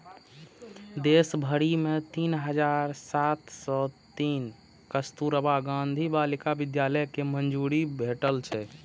देश भरि मे तीन हजार सात सय तीन कस्तुरबा गांधी बालिका विद्यालय कें मंजूरी भेटल छै